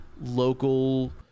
local